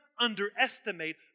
underestimate